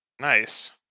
Nice